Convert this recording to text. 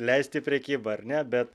leist į prekybą ar ne bet